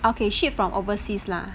okay ship from overseas lah